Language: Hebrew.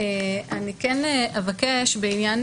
אבקש מהממונה הארצית על תחום הזקנה בעניין